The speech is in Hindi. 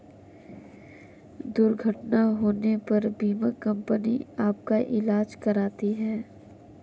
दुर्घटना होने पर बीमा कंपनी आपका ईलाज कराती है